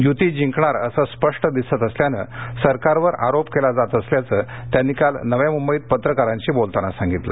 युती जिंकणार असं स्पष्ट दिसत असल्यानं सरकारवर आरोप केला जात असल्याचं त्यांनी काल नव्या मुंबईत पत्रकारांशी बोलताना सांगितलं